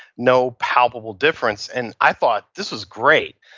no palpable difference and i thought this was great.